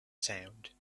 sound